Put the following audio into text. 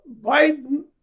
Biden